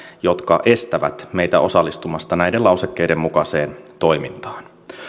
jotka estävät meitä osallistumasta näiden lausekkeiden mukaiseen toimintaan